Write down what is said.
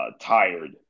tired